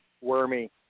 Wormy